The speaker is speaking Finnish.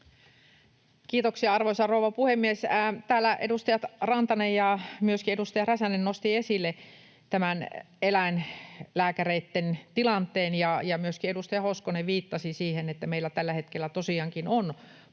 Kiitoksia, arvoisa rouva puhemies! Täällä edustaja Rantanen ja myöskin edustaja Räsänen nostivat esille tämän eläinlääkäreitten tilanteen. Myöskin edustaja Hoskonen viittasi siihen, että meillä tällä hetkellä tosiaankin on